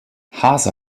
hase